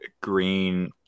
Green